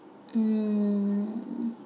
hmm